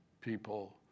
people